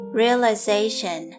realization